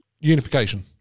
Unification